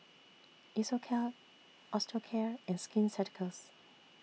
Isocal Osteocare and Skin Ceuticals